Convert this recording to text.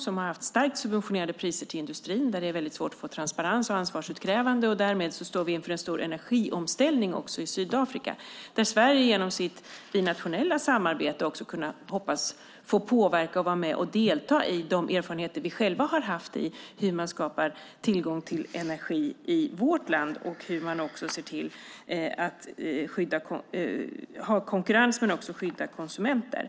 Det har haft starkt subventionerade priser till industrin, och det är väldigt svårt att få transparens och ansvarsutkrävande. Därmed står vi inför en stor energiomställning också i Sydafrika. Genom vårt binationella samarbete hoppas vi i Sverige kunna påverka och få vara med och delta med de erfarenheter vi själva har haft när det gäller hur man skapar tillgång till energi i vårt land, hur man ser till att upprätthålla konkurrensen och hur man skyddar konsumenterna.